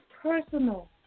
personal